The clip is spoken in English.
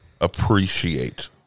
Appreciate